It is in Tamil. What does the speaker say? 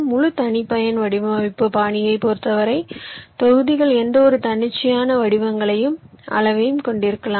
முழு தனிப்பயன் வடிவமைப்பு பாணியைப் பொறுத்தவரை தொகுதிகள் எந்தவொரு தன்னிச்சையான வடிவங்களையும் அளவையும் கொண்டிருக்கலாம்